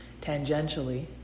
Tangentially